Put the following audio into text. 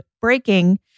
BREAKING